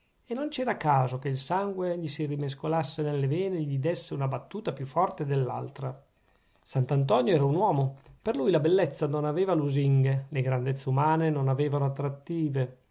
e non c'era caso che il sangue gli si rimescolasse nelle vene e gli dèsse una battuta più forte dell'altra sant'antonio era un uomo per lui la bellezza non aveva lusinghe le grandezze umane non avevano attrattive